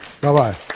Bye-bye